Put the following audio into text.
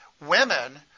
women